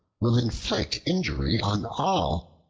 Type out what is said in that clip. will inflict injury on all,